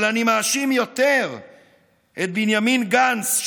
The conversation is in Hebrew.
אבל אני מאשים יותר את בנימין גנץ,